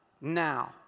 now